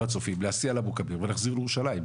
הצופים להסיע לאבו כביר ולהחזיר לירושלים,